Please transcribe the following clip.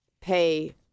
pay